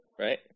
Right